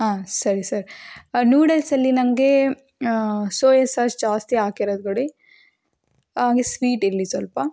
ಹಾಂ ಸರಿ ಸರ್ ನೂಡಲ್ಸಲ್ಲಿ ನನಗೆ ಸೋಯ ಸಾಸ್ ಜಾಸ್ತಿ ಹಾಕಿರೋದ್ ಕೊಡಿ ಹಾಗೆ ಸ್ವೀಟ್ ಇರಲಿ ಸ್ವಲ್ಪ